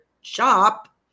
shop